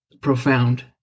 profound